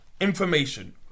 information